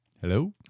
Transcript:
hello